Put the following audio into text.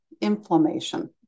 inflammation